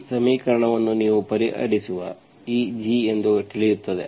ಈ ಸಮೀಕರಣವನ್ನು ನೀವು ಪರಿಹರಿಸುವ ಈ g ಎಂದು ತಿಳಿಯುತ್ತದೆ